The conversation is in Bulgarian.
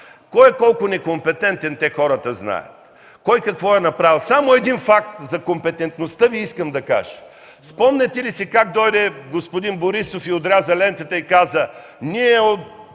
кой колко некомпетентен е. Хората знаят кой какво е направил. Само един факт за компетентността Ви искам да кажа. Спомняте ли си как господин Борисов дойде, отряза лентата и каза: „От